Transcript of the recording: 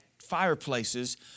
fireplaces